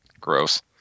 Gross